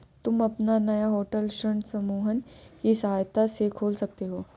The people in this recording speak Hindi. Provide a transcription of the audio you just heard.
तुम अपना नया होटल ऋण समूहन की सहायता से खोल सकते हो